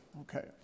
Okay